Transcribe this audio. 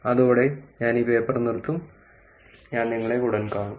അതോടെ ഞാൻ ഈ പേപ്പർ നിർത്തും ഞാൻ നിങ്ങളെ ഉടൻ കാണും